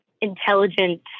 intelligent